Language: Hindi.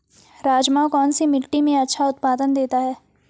राजमा कौन सी मिट्टी में अच्छा उत्पादन देता है?